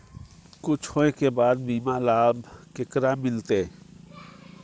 कुछ होय के बाद बीमा लाभ केकरा मिलते?